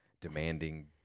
demanding